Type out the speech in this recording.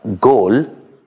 goal